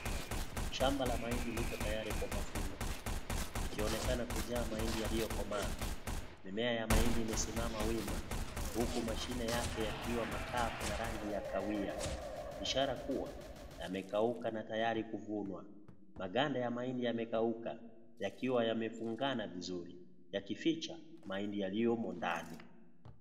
Shamba la mahindi lipo tayari kwa mavuno, linaonekana kujaa mahindi yaliyokomaa. Mimea ya mahindi imesimama wima huku mashine yake yakiwa makavu na rangi ya kahawia. Ishara kuwa yamekauka na tayari kuvunwa. Maganda ya mahindi yamekauka yakiwa yamefungana visuri yakificha mahindi yaliyo ndani.